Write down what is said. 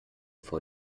vor